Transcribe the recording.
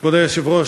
כבוד היושב-ראש,